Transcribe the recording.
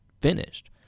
finished